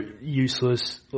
useless